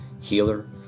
healer